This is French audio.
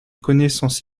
connaissance